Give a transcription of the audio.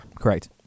Correct